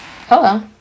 hello